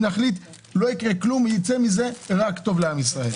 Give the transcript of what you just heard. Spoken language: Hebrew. ייצא מזה רק טוב לעם ישראל.